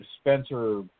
Spencer